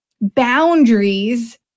boundaries